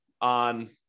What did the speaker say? on